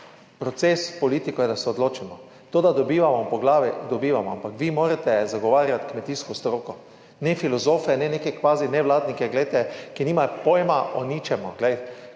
Proces politikov je, da se odločimo. To, da jih dobivamo, po glavi – dobivamo. Ampak vi morate zagovarjati kmetijsko stroko, ne filozofov, ne kakšnih kvazinevladnikov, ki nimajo pojma o ničemer.